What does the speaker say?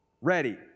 Ready